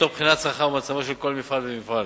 תוך בחינת צרכיו ומצבו של כל מפעל ומפעל.